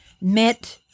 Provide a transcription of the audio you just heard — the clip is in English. Met